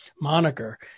moniker